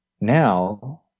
now